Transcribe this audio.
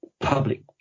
public